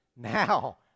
now